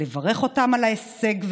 על ההישג,